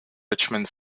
richmond